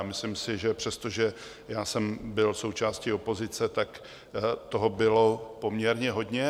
Myslím si, že přestože jsem byl součástí opozice, tak toho bylo poměrně hodně.